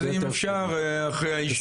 אז אם אפשר אחרי הישיבה.